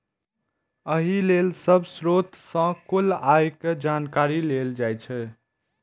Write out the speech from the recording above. एहि लेल सब स्रोत सं कुल आय के जानकारी लेल जाइ छै